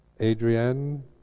Adrienne